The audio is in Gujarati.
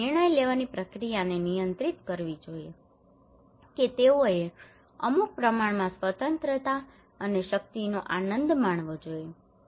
તેઓએ નિર્ણય લેવાની પ્રક્રિયાને નિયંત્રિત કરવી જોઈએ કે તેઓએ અમુક પ્રમાણમાં સ્વતંત્રતા અને શક્તિનો આનંદ માણવો જોઈએ